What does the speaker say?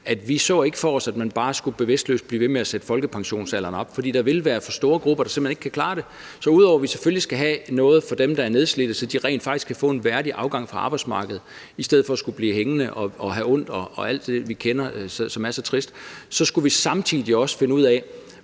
at vi ikke så for os, at man bare bevidstløst skulle blive ved med at sætte folkepensionsalderen op, for der vil være for store grupper, der simpelt hen ikke kan klare det. Så ud over at vi selvfølgelig skal have noget for dem, der er nedslidte, så de rent faktisk kan få en værdig afgang fra arbejdsmarkedet i stedet for at skulle blive hængende og have ondt og alt det, vi kender, som er så trist, så skal vi samtidig også finde ud af,